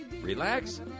relax